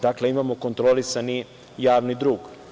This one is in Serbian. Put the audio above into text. Dakle, imamo kontrolisani javni dug.